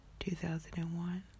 2001